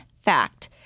fact